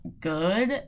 good